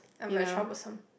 I'm like troublesome